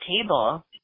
table